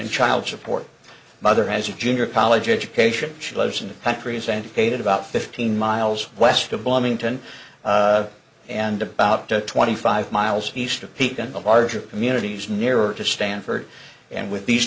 in child support the mother has a junior college education she lives in the country's antiquated about fifteen miles west of bloomington and about twenty five miles east of pekin the larger communities nearer to stanford and with these